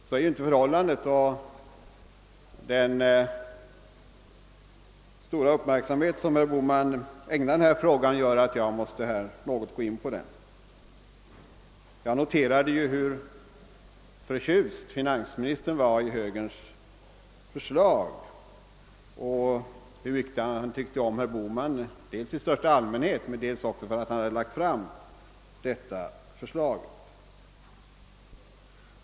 Så är ju inte förhållandet, och den stora uppmärksamhet som herr Bohman ägnade denna fråga gör att jag måste något gå in på den. Jag noterade hur förtjust finansministern var i högerns förslag och hur mycket han tyckte om herr Bohman dels i största allmänhet, dels också för att han hade lagt fram detta förslag.